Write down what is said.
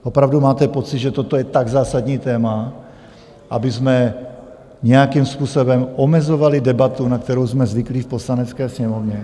Opravdu máte pocit, že toto je tak zásadní téma, abychom nějakým způsobem omezovali debatu, na kterou jsme zvyklí v Poslanecké sněmovně?